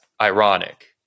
ironic